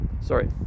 sorry